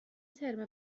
ترم